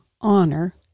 honor